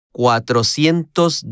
cuatrocientos